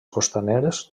costaneres